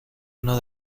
uno